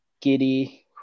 Giddy